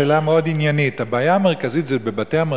שאלה מאוד עניינית: הבעיה המרכזית היא בבתי-המרקחת.